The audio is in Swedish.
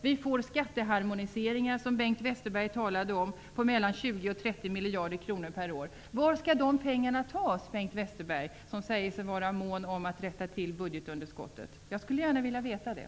Vi får skatteharmoniseringar, som Bengt Westerberg talade om, på mellan 20 och 30 miljarder kronor per år. Varifrån skall de pengarna tas, Bengt Westerberg, som säger sig vara mån om att rätta till budgetunderskottet? Jag skulle gärna vilja veta det.